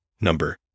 number